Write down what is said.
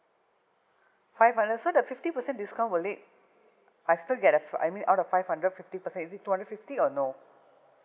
five hundred so the fifty percent discount will it I still get the ph~ I mean out of five hundred fifty percent is it two hundred fifty or no